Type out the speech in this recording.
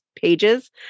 pages